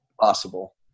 Possible